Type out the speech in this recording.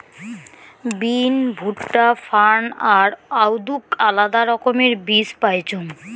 বিন, ভুট্টা, ফার্ন আর আদৌক আলাদা রকমের বীজ পাইচুঙ